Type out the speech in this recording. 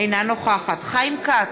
אינה נוכחת חיים כץ,